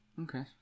Okay